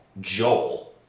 Joel